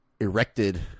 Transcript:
erected